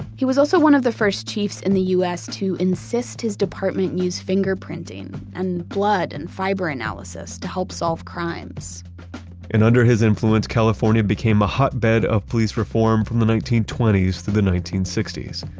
he was also one of the first chiefs in the us to insist his department use fingerprinting and blood and fiber analysis to help solve crimes and under his influence, california became a hotbed of police reform from the nineteen twenty s through the nineteen sixty s,